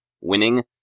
winning